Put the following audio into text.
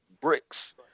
bricks